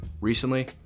recently